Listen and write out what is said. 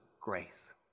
grace